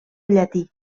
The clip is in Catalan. llatí